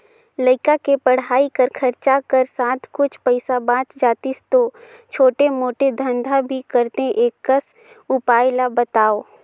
लइका के पढ़ाई कर खरचा कर साथ कुछ पईसा बाच जातिस तो छोटे मोटे धंधा भी करते एकस उपाय ला बताव?